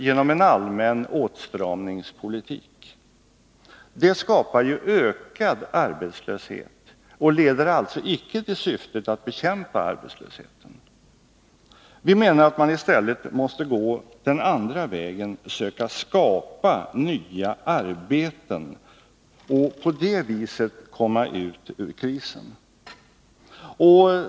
Men en sådan allmän åtstramningspolitik skapar ju ökad arbetslöshet. Med den uppnår man icke syftet att bekämpa arbetslösheten. Vi menar att man i stället måste gå den andra vägen, att man måste söka skapa nya arbeten och på det viset komma ut ur krisen.